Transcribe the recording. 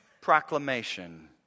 ...proclamation